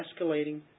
escalating